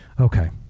Okay